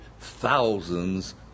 thousands